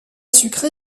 sucré